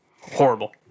Horrible